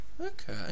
Okay